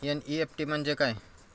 NEFT म्हणजे काय?